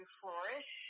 flourish